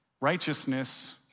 Righteousness